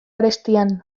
arestian